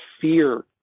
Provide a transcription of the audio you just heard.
fear